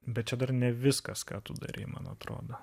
bet čia dar ne viskas ką tu darei man atrodo